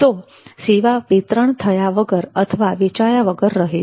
તો સેવા વિતરણ થયા વગર અને વેચાયા વગર રહે છે